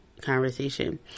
conversation